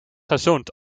gezoend